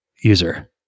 user